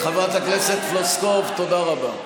חברת הכנסת פלוסקוב, תודה רבה.